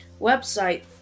website